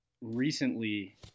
recently